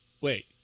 Wait